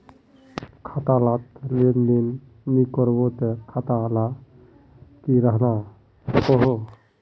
खाता डात लेन देन नि करबो ते खाता दा की रहना सकोहो?